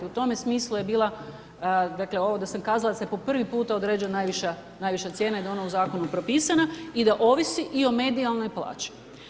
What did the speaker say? U tome smislu je bila dakle ovo da sam kazala da se po prvi puta određuje najviša cijena i da je ona u zakonu propisana i da ovisi i o medijalnoj plaći.